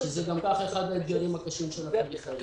שזה גם כך אחד האתגרים הקשים של הפריפריה.